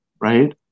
right